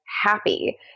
happy